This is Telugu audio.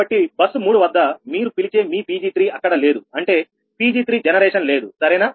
కాబట్టి బస్సు 3 వద్ద మీరు పిలిచే మీ 𝑃𝑔3 అక్కడ లేదు అంటే 𝑃𝑔3 జనరేషన్ లేదు సరేనా